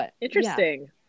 Interesting